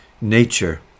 nature